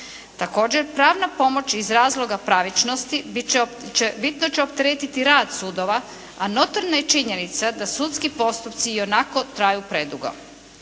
Također pravna pomoć iz razloga pravičnosti bitno će opteretiti rad sudova, a notorna je činjenica da sudski postupci ionako traju predugo.